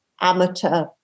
amateur